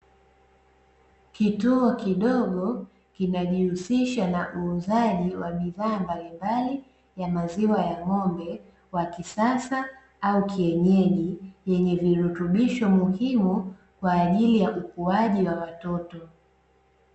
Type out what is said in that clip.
Kituo kidogo kinajihusisha na uuzaji wa bidhaa mbalimbali ya maziwa ya ng'ombe wa kisasa au kienyeji, yenye virutubisho muhimu kwa ajili ya ukuaji wa watoto.